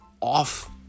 off